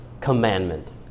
commandment